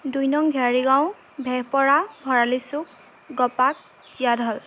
দুই নং ঘেয়াৰি গাঁও ভেৰপৰা ভৰালিচুক ঘপাত জিয়াধল